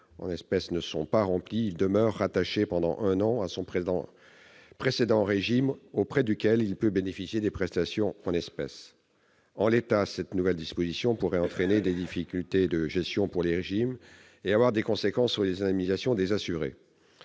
en espèces ne sont pas remplies, il demeure rattaché pendant un an à son précédent régime, auprès duquel il peut bénéficier des prestations en espèces. En l'état, cette nouvelle disposition pourrait entraîner des difficultés de gestion pour les régimes et avoir des conséquences sur les indemnisations des assurés.